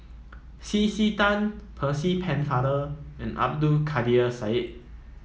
C C Tan Percy Pennefather and Abdul Kadir Syed